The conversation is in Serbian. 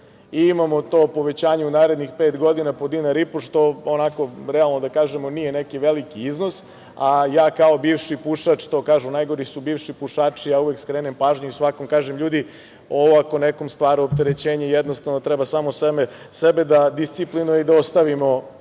i imamo to povećanje u narednih pet godina po dinar i po, što, realno da kažemo, nije neki veliki iznos. Ja kao bivši pušač, što kažu - najgori su bivši pušači, uvek skrenem pažnju i svakom kažem - ljudi, ovo ako nekom stvara opterećenje, jednostavno treba samo sebe da disciplinujemo i da ostavimo